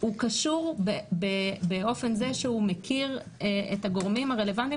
הוא קשור באופן זה שהוא מכיר את הגורמים הרלוונטיים